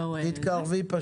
עוד לא עברו התאמה לסטנדרט